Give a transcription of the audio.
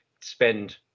spend